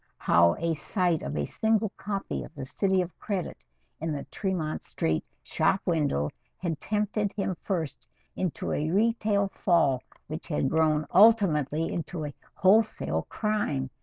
how a sight of a single copy of the city of credit in the tremont street? shop window had tempted him first into a retail fall which had grown ultimately into a wholesale crime,